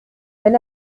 wenn